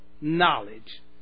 knowledge